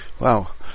wow